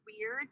weird